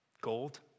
gold